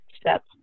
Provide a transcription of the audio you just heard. step